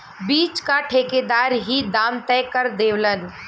बीच क ठेकेदार ही दाम तय कर देवलन